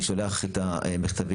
אני שולח את המכתבים,